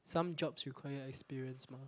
some jobs require experience mah